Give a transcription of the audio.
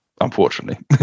unfortunately